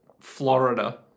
Florida